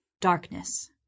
Darkness